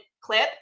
clip